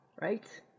Right